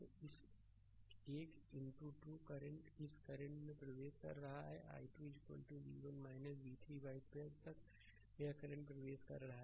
तो इस i into 2 current इस करंट में प्रवेश कर रहा है i 2 v1 v3 बाइ 12 तक यह करंट प्रवेश कर रहा है